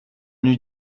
eût